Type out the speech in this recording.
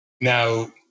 Now